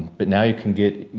but now you can get,